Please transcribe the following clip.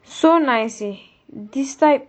so nice eh this type